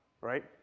right